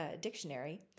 Dictionary